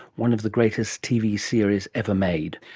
one of the greatest tv series ever made.